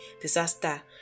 disaster